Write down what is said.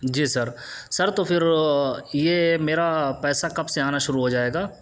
جی sir sir تو پھر یہ میرا پیسہ کب سے آنا شروع ہو جائے گا